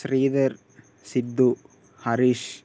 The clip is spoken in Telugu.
శ్రీధర్ సిద్ధూ హరీష్